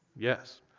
Yes